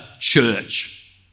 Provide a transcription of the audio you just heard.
church